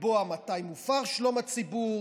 לקבוע מתי מופר שלום הציבור